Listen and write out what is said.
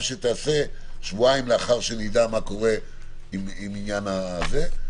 שתיעשה שבועיים לאחר שנדע מה קורה עם העניין הזה.